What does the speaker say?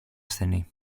ασθενή